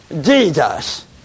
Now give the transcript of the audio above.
Jesus